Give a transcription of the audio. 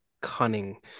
cunning